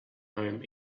home